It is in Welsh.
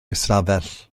ystafell